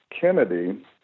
Kennedy